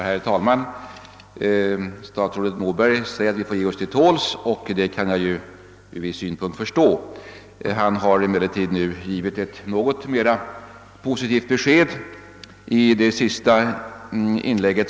Herr talman! Statsrådet Moberg säger att vi får ge oss till tåls, och det kan jag från viss synpunkt förstå. Han har dock givit ett något mera positivt besked i sitt senaste inlägg.